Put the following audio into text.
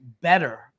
better